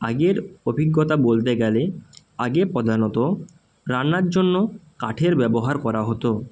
আগের অভিজ্ঞতা বলতে গেলে আগে প্রধানত রান্নার জন্য কাঠের ব্যবহার করা হতো